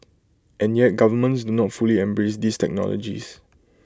and yet governments do not fully embrace these technologies